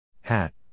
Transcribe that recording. Hat